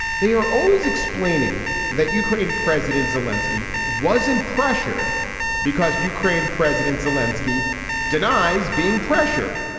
they are always explaining that ukraine president zelinsky wasn't pressured because ukraine president zelinsky denies being pressured.